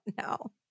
No